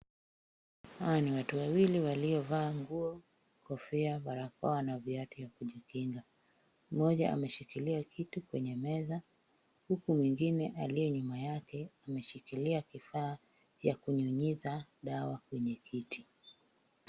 Hawa ni watu wawili waliovaa nguo, kofia, barakoa na viatu ya kujikinga. Mmoja ameshikilia kitu kwenye meza, huku mwingine aliye nyuma yake ameshikilia kifaa ya kunyunyuza dawa kwenye kiti.